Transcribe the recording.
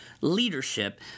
leadership